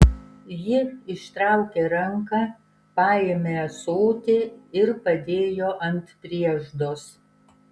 ji ištraukė ranką paėmė ąsotį ir padėjo ant prieždos